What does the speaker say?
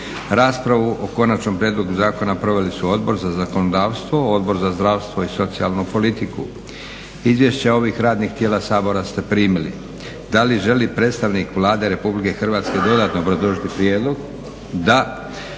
Raspravu o konačnom prijedlogu zakona proveli su Odbor za zakonodavstvo, Odbor za zdravstvo i socijalnu politiku. Izvješća ovih radnih tijela Sabora ste primili. Da li želi predstavnik Vlade RH dodatno obrazložiti prijedlog? Da.